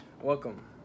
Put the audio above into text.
Welcome